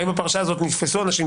האם בפרשה הזאת נתפסו אנשים?